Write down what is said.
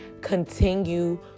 continue